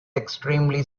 extremely